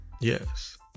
Yes